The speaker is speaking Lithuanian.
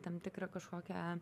tam tikrą kažkokią